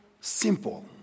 simple